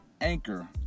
Anchor